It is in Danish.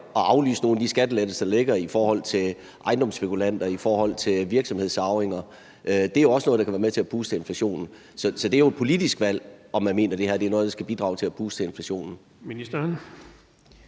at aflyse nogle af de skattelettelser, der ligger til ejendomsspekulanter og for virksomhedsarvinger. Det er også noget, der kan være med til at puste til inflationen. Så det er jo et politisk valg, om man mener, det her er noget, der skal bidrage til at puste til inflationen.